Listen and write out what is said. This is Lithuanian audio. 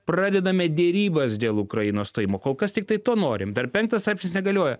pradedame derybas dėl ukrainos stojimo kol kas tiktai to norim dar penktas straipsnis negalioja